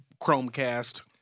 Chromecast